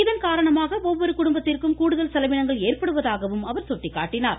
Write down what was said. இதன்காரணமாக ஒவ்வொரு குடும்பத்திற்கும் கூடுதல் செலவினங்கள் ஏற்படுவதாக அவர் சுட்டிக்காட்டினார்